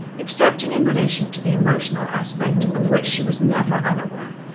excepting in relation to the emotional aspect, of which she was never unaware.